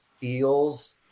feels